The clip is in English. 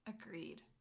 agreed